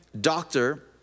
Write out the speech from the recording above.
doctor